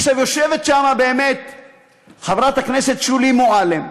עכשיו, יושבת שם חברת הכנסת שולי מועלם,